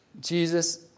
Jesus